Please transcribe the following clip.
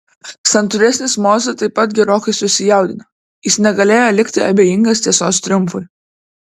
santūresnis mozė taip pat gerokai susijaudino jis negalėjo likti abejingas tiesos triumfui